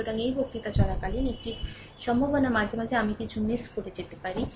সুতরাং এই বক্তৃতা চলাকালীন একটি p সম্ভাবনা মাঝে মধ্যে আমিও কিছু মিস করতে পারি